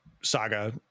saga